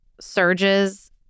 surges